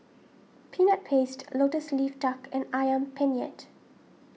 Peanut Paste Lotus Leaf Duck and Ayam Penyet